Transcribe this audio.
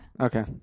Okay